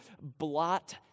blot